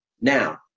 Now